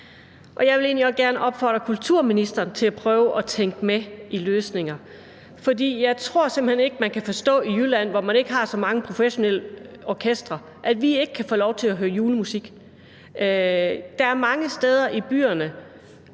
Jeg vil egentlig også gerne opfordre kulturministeren til at prøve at tænke med i løsninger. For jeg tror simpelt hen ikke, at man i Jylland, hvor man ikke har så mange professionelle orkestre, kan forstå, at man ikke kan få lov til at høre julemusik. Der er mange steder i byerne